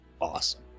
awesome